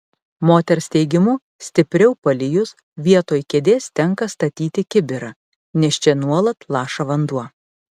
moters teigimu stipriau palijus vietoj kėdės tenka statyti kibirą nes čia nuolat laša vanduo